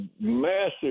massive